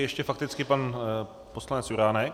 Ještě fakticky pan poslanec Juránek.